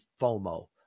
FOMO